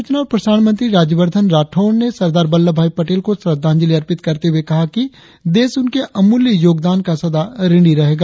सूचना और प्रसारण मंत्री राज्यवर्धन राठौड़ ने सरदार वल्लभ भाई पटेल को श्रद्धांजलि अर्पित करते हुए कहा कि देश उनके अमूल्य योगदान का सदा ऋणी रहेगा